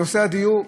נושא הדיור,